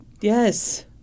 Yes